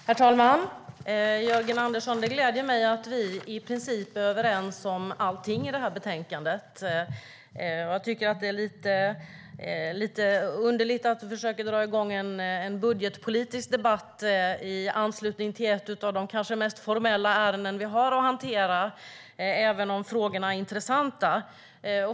Herr talman! Det gläder mig, Jörgen Andersson, att vi i princip är överens om allt i betänkandet. Men jag tycker att det är lite underligt att du försöker dra igång en budgetpolitisk debatt i anslutning till kanske ett av de mest formella ärenden vi har att hantera, även om frågorna är intressanta.